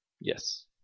Yes